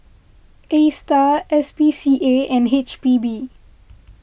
Astar S P C A and H P B